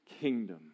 kingdom